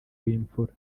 w’imfura